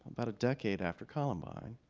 about a decade after columbine,